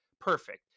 perfect